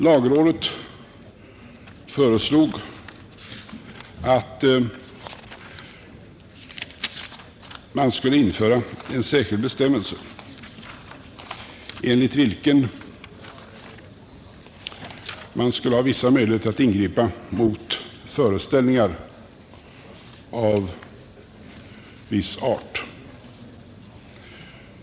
Lagrådet föreslog att en särskild bestämmelse skulle införas, enligt vilken man skulle ha vissa möjligheter att ingripa mot föreställningar av viss art.